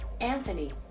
Anthony